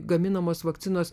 gaminamos vakcinos